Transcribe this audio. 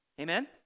Amen